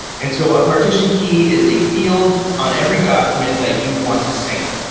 and so a partition key is a field on every document that you want to sync.